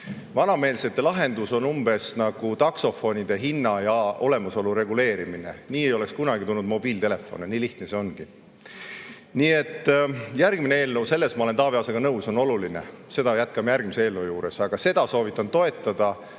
Vanameelsete lahendus on nagu taksofonide hinna ja olemasolu reguleerimine. Nii ei oleks kunagi tulnud mobiiltelefone, nii lihtne see ongi. Nii et järgmine eelnõu, selles ma olen Taavi Aasaga nõus, on oluline. Seda [arutelu] jätkame järgmise eelnõu juures. Aga seda [eelnõu] soovitan toetada,